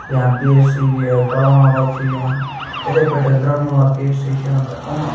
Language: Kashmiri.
یا پی ایچ سی کَلاماباد چھُ یِوان یِتھٕے پٲٹھی حظ دُرٛۄغملہ پی ایچ سی چھُ یِوان تہٕ أمہٕ